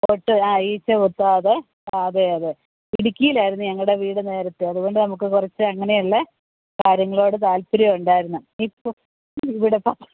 കൊത്ത് ആ ഈച്ച കൊത്താതെ അതെ അതെ ഇടുക്കിയിലായിരുന്നു ഞങ്ങളുടെ വീട് നേരത്തെ അതുകൊണ്ട് നമുക്ക് കുറച്ച് അങ്ങനെയുള്ളെ കാര്യങ്ങളോട് താല്പര്യം ഉണ്ടായിരുന്നു ഇപ്പം ഇവിടെ ഇപ്പം